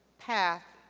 path,